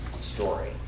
story